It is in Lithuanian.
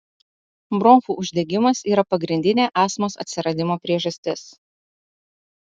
bronchų uždegimas yra pagrindinė astmos atsiradimo priežastis